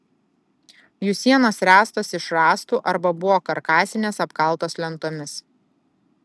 jų sienos ręstos iš rąstų arba buvo karkasinės apkaltos lentomis